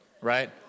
right